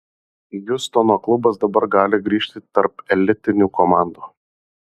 hjustono klubas dabar gali grįžti tarp elitinių komandų